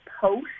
post